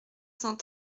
cent